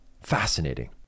Fascinating